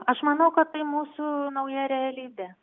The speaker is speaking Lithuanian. aš manau kad tai mūsų nauja realybė